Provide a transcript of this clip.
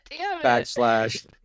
Backslash